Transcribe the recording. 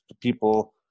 people